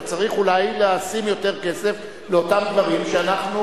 וצריך אולי לשים יותר כסף לאותם דברים שאנחנו